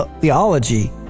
theology